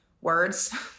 words